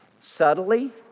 Subtly